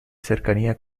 cercanía